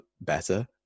better